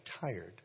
tired